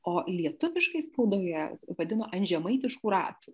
o lietuviškai spaudoje vadino ant žemaitiškų ratų